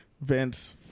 Vince